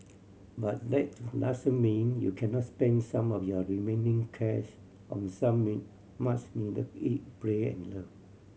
but that do mean you cannot spend some of your remaining cash on some much needed eat pray and love